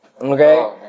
Okay